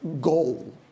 goal